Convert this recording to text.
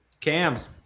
Cam's